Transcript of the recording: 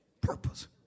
Purpose